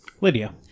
Lydia